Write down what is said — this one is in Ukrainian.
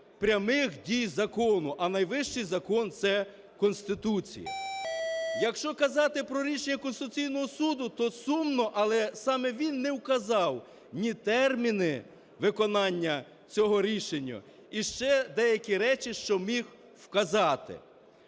прямих дій закону, а найвищий закон – це Конституція. Якщо казати про рішення Конституційного Суду, то сумно, але саме він не вказав ні терміни виконання цього рішення і ще деякі речі, що міг вказати.